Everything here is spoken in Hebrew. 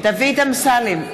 אמסלם,